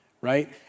Right